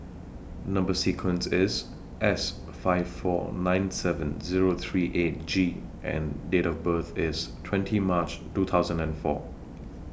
Number sequence IS S five four nine seven Zero three eight G and Date of birth IS twenty March two thousand and four